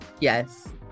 Yes